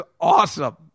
awesome